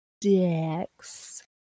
dex